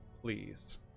please